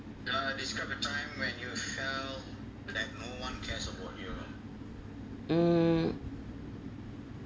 mm